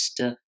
Mr